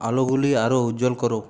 আলোগুলো আরও উজ্জ্বল করো